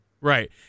Right